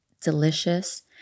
delicious